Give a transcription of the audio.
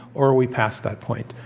or are we past that point?